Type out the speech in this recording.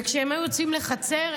וכשהם היו יוצאים לחצר,